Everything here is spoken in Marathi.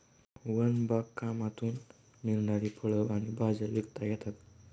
वन बागकामातून मिळणारी फळं आणि भाज्या विकता येतात